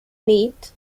need